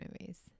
movies